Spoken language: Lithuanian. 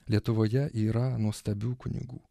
lietuvoje yra nuostabių kunigų